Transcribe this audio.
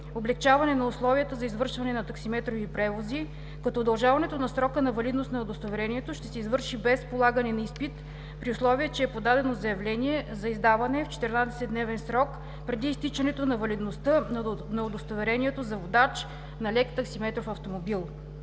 облекчаване на условията за извършване на таксиметрови превози, като удължаването на срока на валидност на удостоверението ще се извърши без полагане на изпит, при условие че е подадено заявление за издаване в 14-дневен срок преди изтичането на валидността на удостоверението за водач на лек таксиметров автомобил.